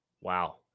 Wow